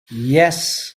yes